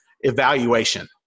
evaluation